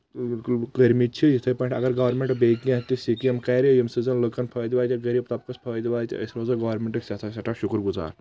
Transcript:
بالکُل کٔرمٕتۍ چھِ یتھے پٲٹھۍ اگر گورمینٛٹ بییٚہِ کینٛہہ تہِ سکیٖم کرِ یمہِ سۭتۍ زن لُکن فٲیدٕ واتہِ یا غریب طبقس فٲیدٕ واتہِ أسۍ روزو گورمینٛٹٕکۍ سٮ۪ٹھاہ سٮ۪ٹھاہ شُکر گُزار